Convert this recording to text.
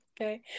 Okay